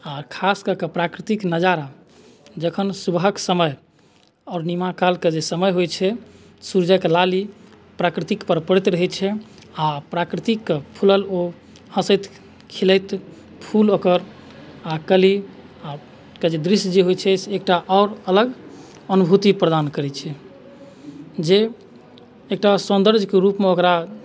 आर खास कऽ के प्राकृतिक नजारा जखन सुबहक समय अरुणिमा कालके जे समय होइत छै सूरजक लाली प्रकृतिपर पड़ैत रहैत छै आ प्राकृति फूलल ओ हँसैत खिलैत फूल ओकर आ कली आ के दृश्य जे होइत छै से एकटा आओर अलग अनुभूति प्रदान करैत छै जे एकटा सौन्दर्यके रूपमे ओकरा